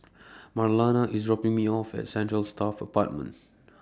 Marlana IS dropping Me off At Central Staff Apartment